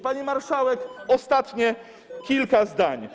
Pani marszałek, ostatnie kilka zdań.